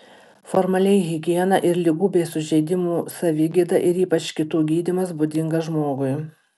formaliai higiena ir ligų bei sužeidimų savigyda ir ypač kitų gydymas būdingas žmogui